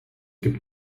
gibt